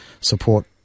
support